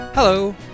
Hello